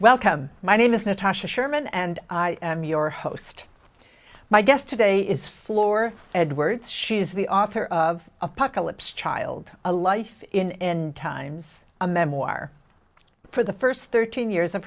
welcome my name is natasha sherman and i am your host my guest today is floor edwards she is the author of apocalypse child a life in times a memoir for the first thirteen years of